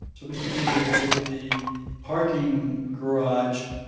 so mr. didio, if the parking garage